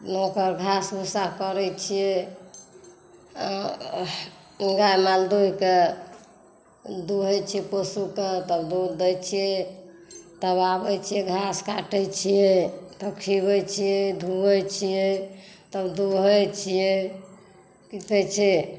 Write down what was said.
नौकर घास भूसा करै छियै अँ गाय माल दुहि कए दुहै छियै पशु के तब दूध दै छियै तब आबै छियै घास काटै छियै तब खियबै छियै धुऐ छियै तब दुहै छियै की कहै छै